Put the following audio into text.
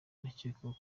arakekwaho